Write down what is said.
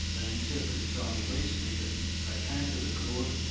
an interpreter told me recently that they came to the court,